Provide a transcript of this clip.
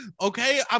okay